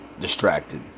distracted